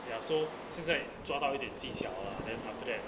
ya so 现在抓到一点技巧 lah then after that